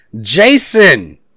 Jason